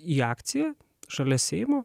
į akciją šalia seimo